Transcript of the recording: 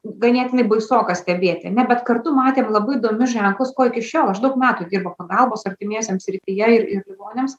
ganėtinai baisoka stebėti ane bet kartu matėm labai įdomius ženklus ko iki šiol aš daug metų dirbu pagalbos artimiesiems srityje ir ir ligoniams